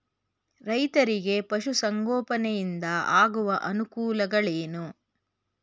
ರೈತರಿಗೆ ಪಶು ಸಂಗೋಪನೆಯಿಂದ ಆಗುವ ಅನುಕೂಲಗಳೇನು?